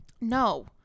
No